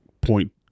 point